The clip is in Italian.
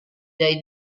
dai